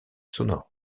sonore